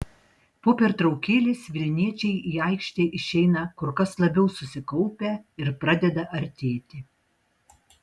po pertraukėlės vilniečiai į aikštę išeina kur kas labiau susikaupę ir pradeda artėti